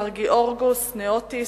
מר גיאורגוס ניאוטיס,